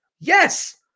Yes